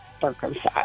circumcised